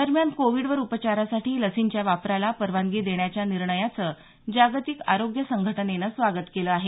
दरम्यान कोविडवर उपचारासाठी लसींच्या वापराला परवानगी देण्याच्या निर्णयाचं जागतिक आरोग्य संघटनेनं स्वागत केलं आहे